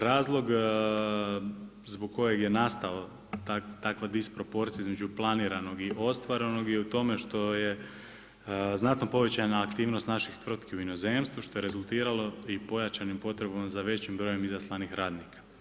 Razlog zbog kojeg je nastao takva disproporcija između planiranog i ostvarenog je u tome što je znatno povećana aktivnost naših tvrtki u inozemstvu što je rezultiralo i pojačanom potrebnom za većim brojem izaslanih radnika.